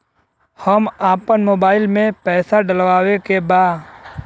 हम आपन मोबाइल में पैसा डलवावे के बा?